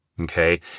Okay